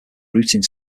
routing